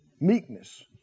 Meekness